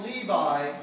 Levi